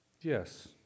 Yes